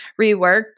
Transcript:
reworked